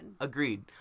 agreed